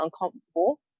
uncomfortable